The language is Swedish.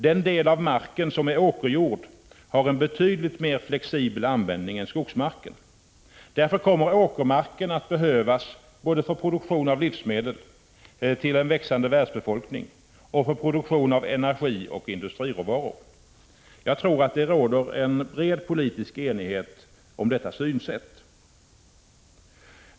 Den del av marken som är åkerjord har en betydligt mer flexibel användning än skogsmarken. Därför kommer åkermarken att behövas både för produktion av livsmedel till en växande världsbefolkning och för produktion av energioch industriråvaror. Jag tror det råder en bred politisk enighet om detta synsätt.